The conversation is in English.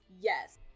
Yes